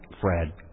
Fred